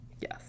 yes